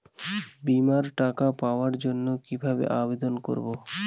বিমার টাকা পাওয়ার জন্য কিভাবে আবেদন করব?